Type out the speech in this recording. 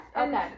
Okay